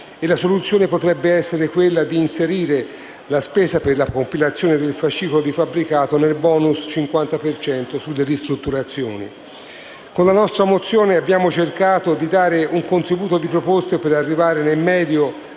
La soluzione potrebbe essere quella di inserire la spesa per la compilazione del fascicolo del fabbricato nel *bonus* 50 per cento sulle ristrutturazioni. Con la nostra mozione abbiamo cercato di dare un contributo di proposte per arrivare nel medio